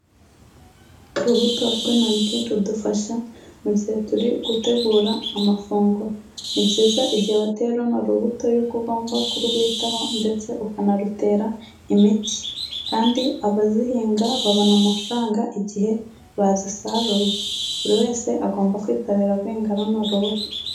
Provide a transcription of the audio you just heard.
Urubuto rw'intoryi rudufasha mu gihe turi gutegura amafunguro. Ni byiza igihe wateye runo rubuto yuko ugomba kurwitaho ndetse ukanarutera imiti kandi abazihinga babona amafaranga igihe bazisaruye. Buri wese agomba kwitabira guhinga runo rubuto.